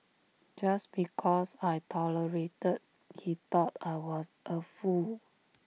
just because I tolerated he thought I was A fool